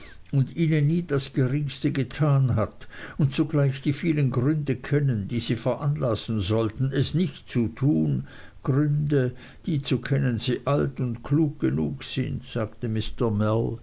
und ihnen nie das geringste getan hat und zugleich die vielen gründe kennen die sie veranlassen sollten es nicht zu tun gründe die zu kennen sie alt und klug genug sind sagte